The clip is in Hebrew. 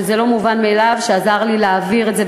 שזה לא מובן מאליו שהוא עזר לי להעביר את זה,